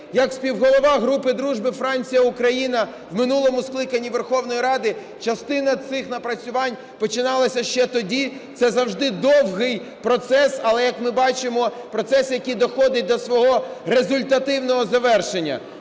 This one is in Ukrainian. Як співголова групи дружби Франція-Україна в минулому скликанні Верховної Ради, частина цих напрацювань починалася ще тоді, це завжди довгий процес, але, як ми бачимо, процес, який доходить до свого результативного завершення.